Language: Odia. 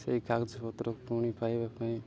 ସେହି କାଗଜପତ୍ର ପୁଣି ପାଇବା ପାଇଁ